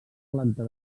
planta